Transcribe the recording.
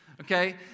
Okay